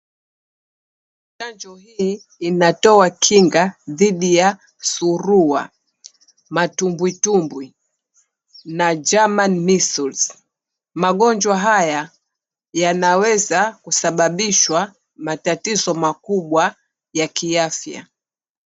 Chanjo hii inatoa kinga dhidi ya surua, matumbwitumbwi na German measles . Magonjwa haya yanaweza kusabibishwa matatizo makubwa ya kiafya.